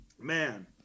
man